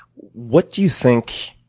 what do you think,